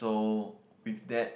so with that